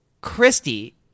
Christy